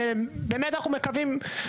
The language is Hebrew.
ובאמת אנחנו מקווים.